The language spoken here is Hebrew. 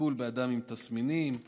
טיפול באדם עם תסמינים וכו'.